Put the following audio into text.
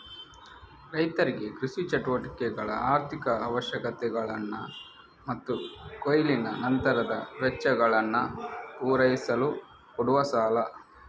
ರೈತರಿಗೆ ಕೃಷಿ ಚಟುವಟಿಕೆಗಳ ಆರ್ಥಿಕ ಅವಶ್ಯಕತೆಗಳನ್ನ ಮತ್ತು ಕೊಯ್ಲಿನ ನಂತರದ ವೆಚ್ಚಗಳನ್ನ ಪೂರೈಸಲು ಕೊಡುವ ಸಾಲ